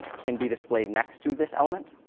can be displayed next to this element.